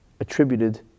attributed